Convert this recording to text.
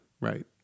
Right